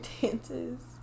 dances